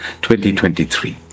2023